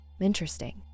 interesting